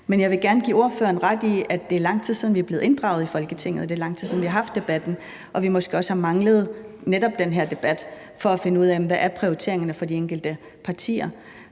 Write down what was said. Men jeg vil gerne give ordføreren ret i, at det er lang tid siden, vi er blevet inddraget af Folketinget, og at det er lang tid siden, vi har haft debatten, og at vi måske også har manglet netop den her debat for at finde ud af, hvad prioriteringerne er for de enkelte partier.